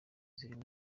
zirimo